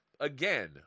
Again